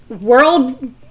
world